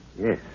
Yes